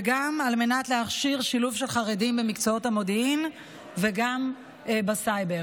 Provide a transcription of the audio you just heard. וגם על מנת להכשיר שילוב של חרדים במקצועות המודיעין וגם בסייבר.